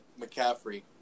McCaffrey